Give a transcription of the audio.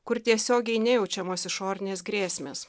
kur tiesiogiai nejaučiamos išorinės grėsmės